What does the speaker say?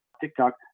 TikTok